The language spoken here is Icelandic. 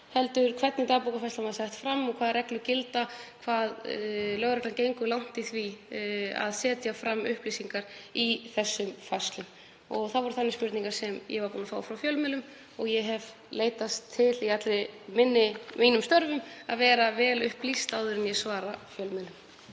heldur hvernig dagbókarfærslan var sett fram og hvaða reglur gilda um það hve langt lögreglan gengur í því að setja fram upplýsingar í þessum færslum. Það voru þannig spurningar sem ég var búin að fá frá fjölmiðlum og ég hef leitast við í öllum mínum störfum að vera vel upplýst áður en ég svara fjölmiðlum.